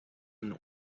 and